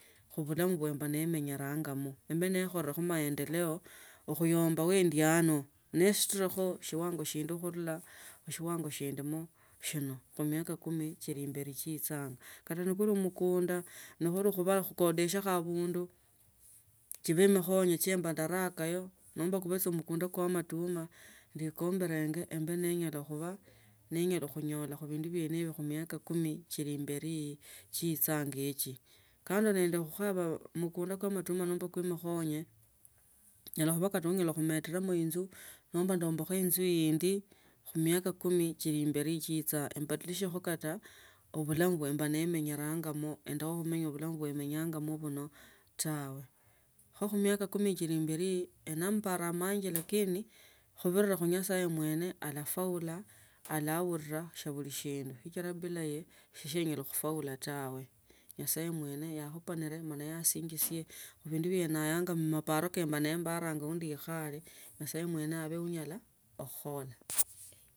Khuhulamu mbe nemenyire ngamo emanyenekholekho maendeleo okhuyamba endi ano neshiturekho shiwango shindu khurula shiwango shia ndimo khuniaka kumi chili imberi chichanga kata niba mumukunda ni kali khuba khukodosia abundu chibe mikhonye chie ndaraka yo nomba khuosya mukunda kwa matuma ndekombelenge embe nyala khuba nenyala bindu biende iyo khumi aka kata nenyala khumeta inzu nomba nembakhu inzu indi khumiaka kumi chichanga imbeli badilishekho obulamu bwe mbe nemenyelangama si nenya khumenya mubulamu bwe menyangamo mno tawe kho khumaka kumi chili imberi ndi nende amaparo amanje lakini khubirira khunyasaye mwene alafaula alaurira bulashindu sichila bila ye senyala khufaula taa, nyasaye mwene yakhupania mwene yasinjisia bindu bie neyanga muparo ma nembaranga khukeba nyasaye mwene ne angala khukhonya.